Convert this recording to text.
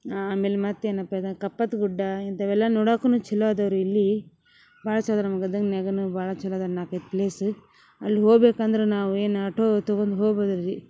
ಆಮೇಲೆ ಮತ್ತೆ ಏನಪ್ಪಾ ಇದೆ ಕಪ್ಪತ್ ಗುಡ್ಡ ಇಂಥವೆಲ್ಲ ನೋಡೋಕುನು ಛಲೋ ಅದವು ರೀ ಇಲ್ಲಿ ಭಾಳ ಚಲೋ ಅದ ನಮ್ಮ ಗದಗ್ನ್ಯಾಗುನು ಭಾಳ ಛಲೋ ಅದ ನಾಲ್ಕೈದು ಪ್ಲೇಸ್ ಅಲ್ಲಿ ಹೋಬೇಕಂದ್ರ ನಾವು ಏನು ಆಟೋ ತೊಗೊಂಡು ಹೋಬೋದಲ್ಲಿ